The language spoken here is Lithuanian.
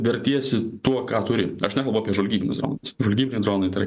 vertiesi tuo ką turi aš nekalbu apie žvalgybinius žvalgybiniai dronai tai yra